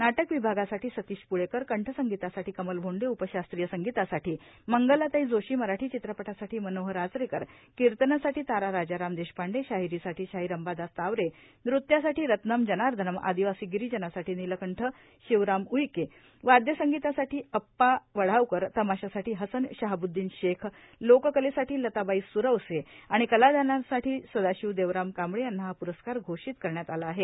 नाटक विभागासाठी सतीश प्ळेकरए कंठ संगीतासाठी कमल भोंडेए उपशास्त्रीय संगीतासाठी मंगलाताई जोशीए मराठी चित्रपटासाठी मनोहर आचरेकरए कीर्तनासाठी तारा राजाराम देशपांडेए शाहिरीसाठी शाहीर अंबादास तावरेए नृत्यासाठी रत्नम जनार्धनम्ए आदिवासी गिरीजनसाठी नीलकंठ शिवराम उईकेए वाद्यसंगीतासाठी अप्पा वढावकरए तमाशासाठी हसन शहाब्द्दीन शेखए लोक कलेसाठी लताबाई स्रवसे आणि कलादानसाठी सदाशिव देवराम कांबळे यांना हा प्रस्कार घोषित करण्यात आला आहे